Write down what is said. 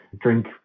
drink